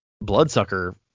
Bloodsucker